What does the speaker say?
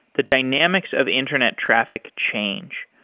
the dynamics of internet traffic change.